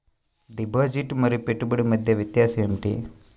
Deposit మరియు పెట్టుబడి మధ్య వ్యత్యాసం ఏమిటీ?